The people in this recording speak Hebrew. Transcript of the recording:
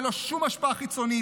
ללא שום השפעה חיצונית,